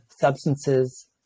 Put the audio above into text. substances